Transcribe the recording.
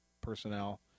personnel